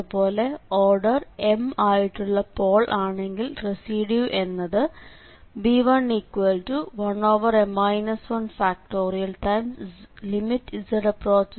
അതുപോലെ order m ആയിട്ടുള്ള pole ആണെങ്കിൽ റെസിഡ്യൂ എന്നത് b11m 1